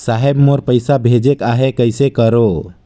साहेब मोर पइसा भेजेक आहे, कइसे करो?